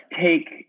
take